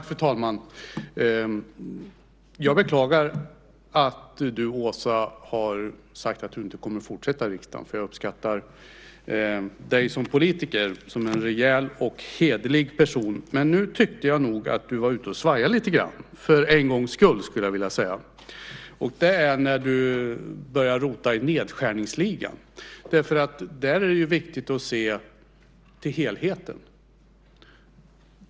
Fru talman! Jag beklagar att du, Åsa, har sagt att du inte kommer att fortsätta i riksdagen. Jag uppskattar dig som politiker som en rejäl och hederlig person, men nu tyckte jag att du var ute och svajade lite grann, för en gångs skull skulle jag vilja säga. Det var när du började rota i nedskärningsligan. Där är det viktigt att se till helheten.